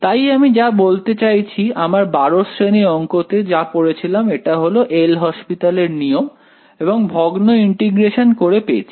তাই আমি যা বলতে চাইছি আমরা 12 শ্রেণীর অংকতে যা পড়েছিলাম এটা হল L হসপিটাল এর নিয়ম এবং ভগ্ন ইন্টিগ্রেশন করে পেয়েছি